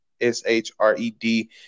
S-H-R-E-D